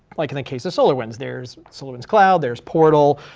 like in the case of solarwinds, there's solarwinds cloud, there's portal,